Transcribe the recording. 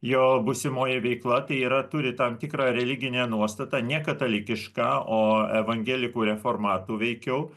jo būsimoji veikla tai yra turi tam tikrą religinę nuostatą ne katalikišką o evangelikų reformatų veikiau